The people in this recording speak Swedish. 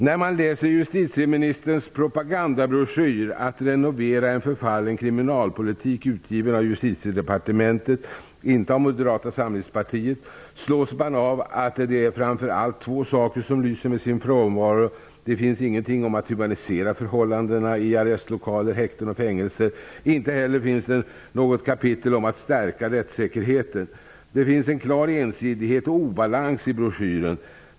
När man läser justitieministerns propagandabroschyr Att renovera en förfallen kriminalpolitik utgiven av Justitiedepartementet -- inte av Moderata samlingspartiet -- slås man av att det framför allt är två saker som lyser med sin frånvaro: Det finns ingenting om att humanisera förhållandena i arrestlokaler, häkten och fängelser; inte heller finns det något kapitel om att stärka rättssäkerheten. Det finns en klar ensidighet och obalans i broschyren.